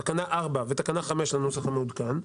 תקנה 4 ותקנה 5 לנוסח המעודכן.